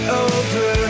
over